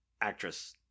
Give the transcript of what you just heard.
actress